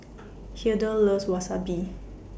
Hildur loves Wasabi